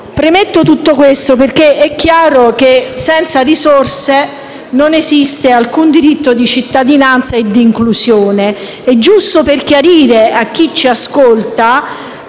Premetto tutto questo perché è chiaro che senza risorse, non esiste alcun diritto di cittadinanza e inclusione. Giusto per chiarire a chi ci ascolta,